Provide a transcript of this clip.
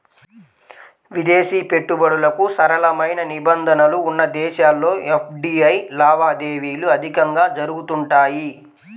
విదేశీ పెట్టుబడులకు సరళమైన నిబంధనలు ఉన్న దేశాల్లో ఎఫ్డీఐ లావాదేవీలు అధికంగా జరుగుతుంటాయి